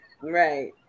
Right